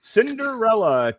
Cinderella